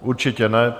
Určitě ne.